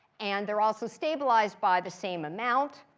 and they're also stabilized by the same amount.